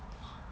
!wah!